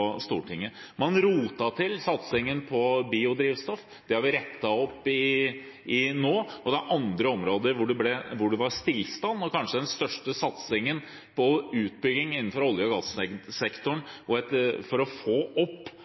Stortinget. Man rotet til satsingen på biodrivstoff. Det har vi rettet opp i nå. Det var andre områder hvor det var stillstand. Kanskje var den største satsingen på utbygging innenfor olje- og gassektoren for å få opp